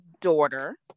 daughter